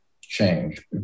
change